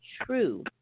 true